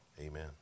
Amen